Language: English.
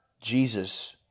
Jesus